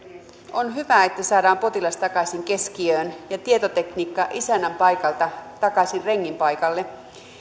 on hyvä että saadaan potilas takaisin keskiöön ja tietotekniikka isännän paikalta takaisin rengin paikalle